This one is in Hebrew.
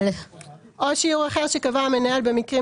"-- או שיעור אחר שקבע המנהל במקרים